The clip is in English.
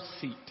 seat